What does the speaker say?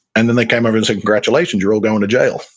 and then they came over and said, congratulations, you're all going to jail.